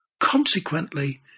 Consequently